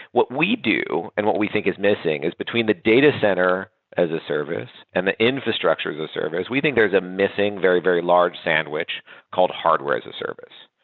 what we do and what we think is missing is between the data center as a service and the infrastructure as a service. we think there is a missing very, very large sandwich called hardware as a service,